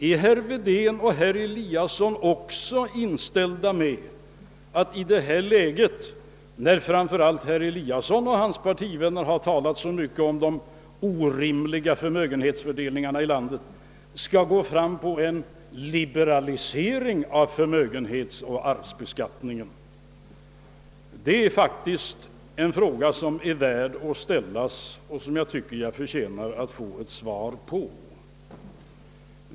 är herr Wedén och herr Eliasson också inställda på att i detta läge, när framför allt herr Eliasson och hans partivänner har talat så mycket om den orimliga förmögenhetsfördelningen i landet, gå in för en liberalisering av arvsoch förmögenhetsbeskattningen? Det är faktiskt en fråga som är värd att ställas, och jag tycker att den förtjänar ett svar.